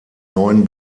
neuen